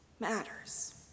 matters